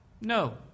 No